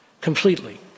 completely